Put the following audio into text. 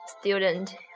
student